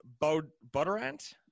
Butterant